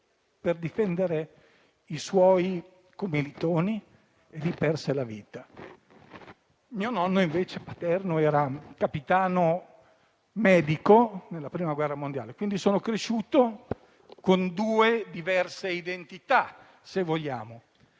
per difendere i suoi commilitoni e perse la vita. Mio nonno paterno, invece, era capitano medico nella Prima guerra mondiale. Quindi, sono cresciuto con due diverse identità, se vogliamo,